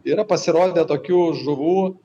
yra pasirodę tokių žuvų